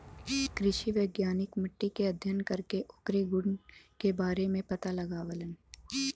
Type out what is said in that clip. कृषि वैज्ञानिक मट्टी के अध्ययन करके ओकरे गुण के बारे में पता लगावलन